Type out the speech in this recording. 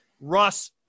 Russ